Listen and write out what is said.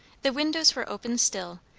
the windows were open still,